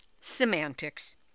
Semantics